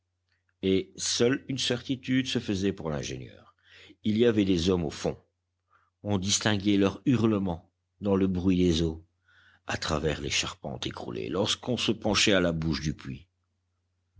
et seule une certitude se faisait pour l'ingénieur il y avait des hommes au fond on distinguait leur hurlement dans le bruit des eaux à travers les charpentes écroulées lorsqu'on se penchait à la bouche du puits